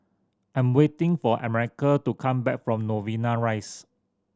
I'm waiting for America to come back from Novena Rise